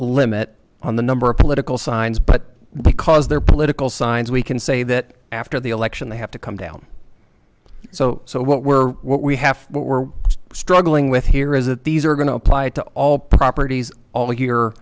limit on the number of political signs but because their political signs we can say that after the election they have to come down so so what we're what we have what we're struggling with here is that these are going to apply to all properties